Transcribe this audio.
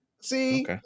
See